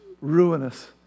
ruinous